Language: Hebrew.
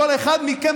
כל אחד מכם,